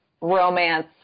romance